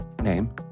name